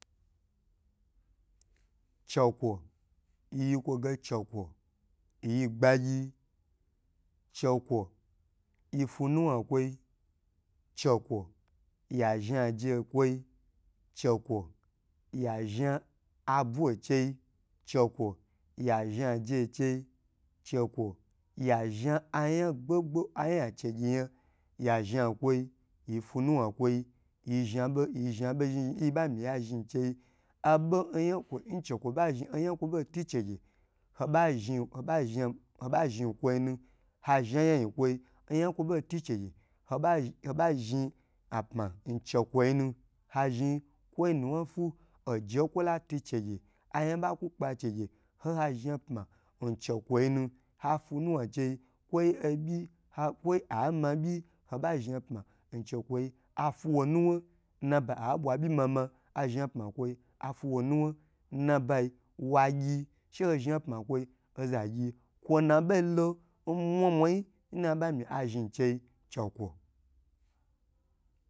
Chikw yi yi kwo ge chekwo yi yi n gbagyi yi chekwo yi fu nwa kwo chekwo ya zha ja kwo chekwo ya zha abwa che chekwo ya zha aje chei chekwo ya zha ayan gbo gbo aya a chegye yan ya, zhan kwoi yi fu nwa okwoi yi zha bo yi zha bo zhn zhn nyi ba mi ya zhi chei abo oyan chekwo ba zhe oya kwo bo h chegyei ho ba zhe ho ba zhn ho bo zhn kwonu ha zha yayin nkwo nkwo ba tichegye ba ho ba apma in che kwo yinu ha zhn kwo nuwa fu oje kwola tu chegye aya ba ku kpa chegye ha fu nuwa chei kwo obyi kwoi ama byi ho ba zha pma n chekwo i hafuwo nuwa nnabai abwa byi mama a iha pma kwo hafuwa nuwa n nabai wa gyi she ho zha pma kwo oza gyi kwo na bo lo n mwa mwa yi nnaba mi a zhn chei chekwo